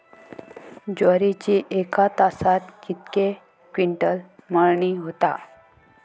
ज्वारीची एका तासात कितके क्विंटल मळणी होता?